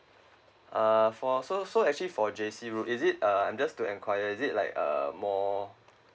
uh for so so actually for J_C route is it uh I just to inquire is it like uh more